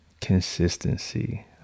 Consistency